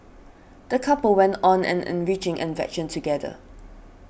the couple went on an enriching adventure together